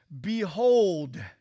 behold